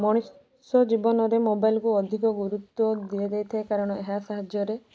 ମଣିଷ ଜୀବନରେ ମୋବାଇଲକୁ ଅଧିକ ଗୁରୁତ୍ୱ ଦିଆଯାଇଥାଏ କାରଣ ଏହା ସାହାଯ୍ୟରେ